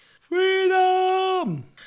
Freedom